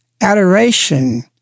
Adoration